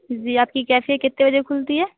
जी आपकी कैफे कितने बजे खुलती है